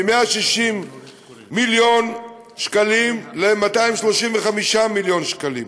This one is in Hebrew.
מ-160 מיליון שקלים ל-235 מיליון שקלים.